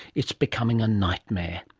it's becoming a nightmare.